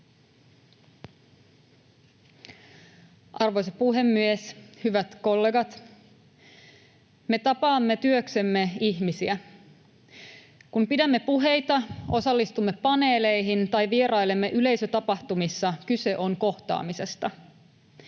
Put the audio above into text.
Arvoisa puhemies! Hyvät kollegat! Me tapaamme työksemme ihmisiä. Kun pidämme puheita, osallistumme paneeleihin tai vierailemme yleisötapahtumissa, kyse on kohtaamisesta.